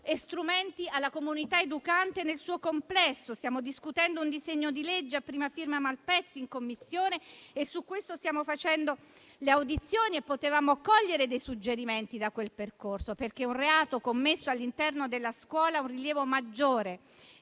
strumenti alla comunità educante nel suo complesso. In Commissione stiamo discutendo un disegno di legge a prima firma Malpezzi e su questo stiamo facendo le audizioni. Potevamo perciò cogliere dei suggerimenti da quel percorso, perché un reato commesso all'interno della scuola ha un rilievo maggiore,